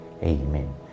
Amen